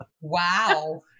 wow